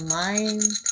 mind